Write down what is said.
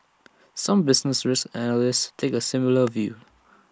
some business risk analysts take A similar view